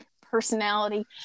personality